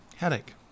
headache